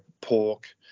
pork